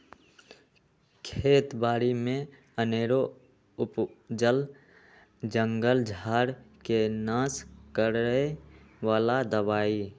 खेत बारि में अनेरो उपजल जंगल झार् के नाश करए बला दबाइ